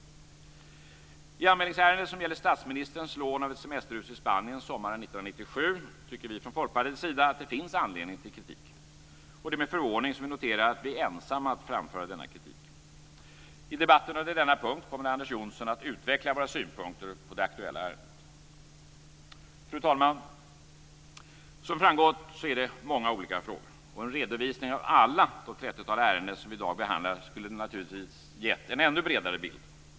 I anmälningsärendet som gäller statsministerns lån av ett semesterhus i Spanien sommaren 1997 tycker vi från Folkpartiets sida att det finns anledning till kritik. Det är med förvåning som vi noterar att vi är ensamma om att framföra denna kritik. I debatten under den punkten kommer Anders Johnson att utveckla våra synpunkter på det aktuella ärendet. Fru talman! Som framgått är det många olika frågor. En redovisning av alla de trettiotal ärenden som i dag behandlas skulle ha gett en ännu bredare bild.